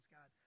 God